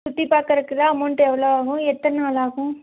சுற்றி பார்க்கறக்குலாம் அமௌண்ட் எவ்வளோ ஆகும் எத்தனை நாள் ஆகும்